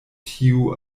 tiu